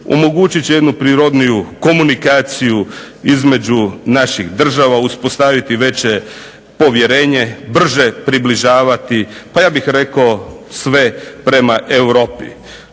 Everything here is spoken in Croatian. omogućiti će jednu prirodniju komunikaciju između naših država, uspostaviti veće povjerenje, brže približavati, a pa ja bih rekao sve prema Europi.